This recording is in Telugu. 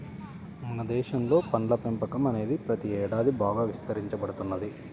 మన దేశంలో పండ్ల పెంపకం అనేది ప్రతి ఏడాది బాగా విస్తరించబడుతున్నది